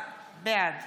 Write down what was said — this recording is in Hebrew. בעד